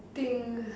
thing